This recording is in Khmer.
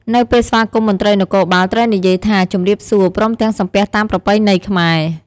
នៅពេលស្វាគមន៍មន្ត្រីនគរបាល ត្រូវនិយាយថា "ជម្រាបសួរ" ព្រមទាំងសំពះតាមប្រពៃណីខ្មែរ។